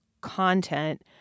content